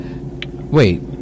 Wait